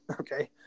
Okay